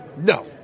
No